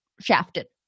shafted